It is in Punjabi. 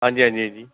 ਹਾਂਜੀ ਹਾਂਜੀ ਹਾਂਜੀ